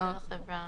החברה